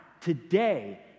Today